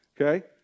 okay